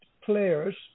players